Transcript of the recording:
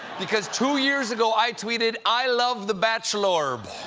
because two years ago, i tweeted, i love the bachelorb!